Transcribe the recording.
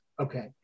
Okay